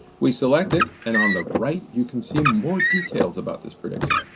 we select it and on the right you can see more details about this prediction.